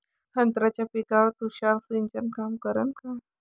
संत्र्याच्या पिकावर तुषार सिंचन काम करन का?